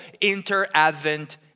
inter-Advent